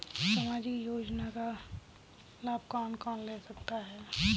सामाजिक योजना का लाभ कौन कौन ले सकता है?